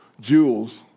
jewels